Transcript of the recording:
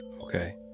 Okay